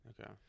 Okay